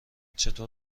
چطور